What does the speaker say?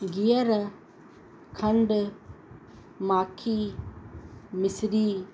गिहर खंडु माखी मिस्री